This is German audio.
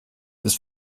ist